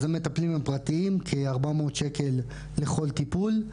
אז המטפלים הם פרטיים כ-400 שקלים לכל טיפול.